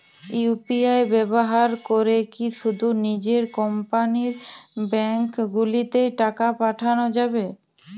UPI ব্যবহার করে কি শুধু নিজের কোম্পানীর ব্যাংকগুলিতেই টাকা পাঠানো যাবে?